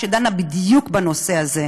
שדנה בדיוק בנושא הזה.